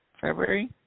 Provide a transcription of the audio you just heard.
February